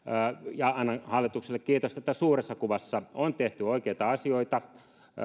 ja annan hallitukselle kiitosta että suuressa kuvassa on tehty oikeita asioita